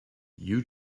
you